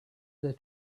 they